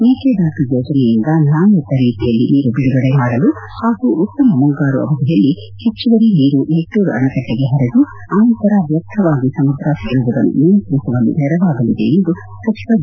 ಮೇಕೆದಾಟು ಯೋಜನೆಯಿಂದ ನ್ಯಾಯಯುತ ರೀತಿಯಲ್ಲಿ ನೀರು ಬಿಡುಗಡೆ ಮಾಡಲು ಹಾಗೂ ಉತ್ತಮ ಮುಂಗಾರು ಅವಧಿಯಲ್ಲಿ ಹೆಚ್ಚುವರಿ ನೀರು ಮೆಟ್ಟೂರು ಅಣೆಕಟ್ಟಿಗೆ ಹರಿದು ಆನಂತರ ವ್ಯರ್ಥವಾಗಿ ಸಮುದ್ರ ಸೇರುವುದನ್ನು ನಿಯಂತ್ರಿಸುವಲ್ಲಿ ನೆರವಾಗಲಿದೆ ಎಂದು ಸಚಿವ ಡಿ